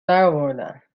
درآوردن